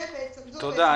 תודה.